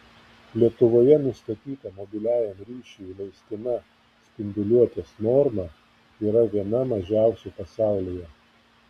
lietuvoje nustatyta mobiliajam ryšiui leistina spinduliuotės norma yra viena mažiausių pasaulyje